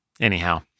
Anyhow